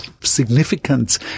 significance